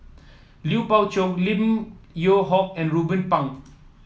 Lui Pao Chuen Lim Yew Hock and Ruben Pang